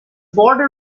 border